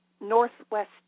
Northwest